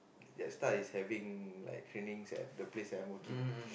JetStar is having like training at the place I'm working